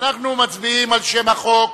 אנחנו מצביעים על שם החוק.